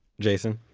jason?